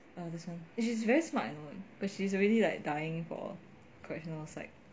this one she is very smart you know but she's already like dying for correctional psych